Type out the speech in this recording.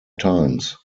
times